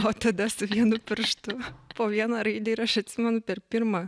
o tada su vienu pirštu po vieną raidę ir aš atsimenu per pirmą